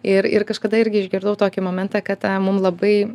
ir ir kažkada irgi išgirdau tokį momentą kad a mum labai